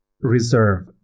reserve